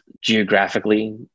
geographically